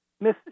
miss